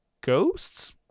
ghosts